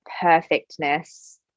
perfectness